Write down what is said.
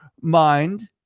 mind